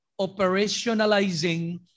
operationalizing